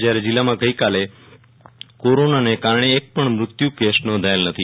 જયારે જિલ્લામાં ગઈકાલે કોરોનાને કારણ એકપણ મત્યુ કેસ નોધાયેલ નથી